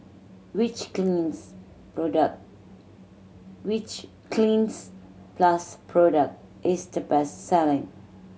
which Cleanz product which Cleanz Plus product is the best selling